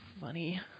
funny